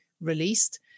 released